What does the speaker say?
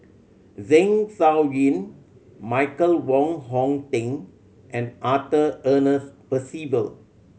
Zeng Shouyin Michael Wong Hong Teng and Arthur Ernest Percival